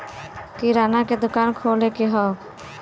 किराना के दुकान खोले के हौ